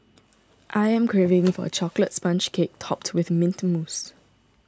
I am craving for a Chocolate Sponge Cake Topped with Mint Mousse